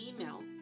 email